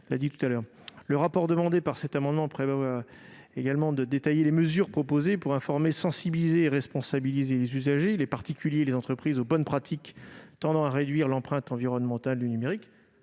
au travers de cet amendement, que le rapport détaille les mesures proposées pour informer, sensibiliser et responsabiliser les usagers- particuliers et entreprises -aux bonnes pratiques permettant de réduire l'empreinte environnementale du numérique.